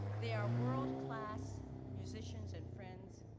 they are world class musicians and friends.